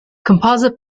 composite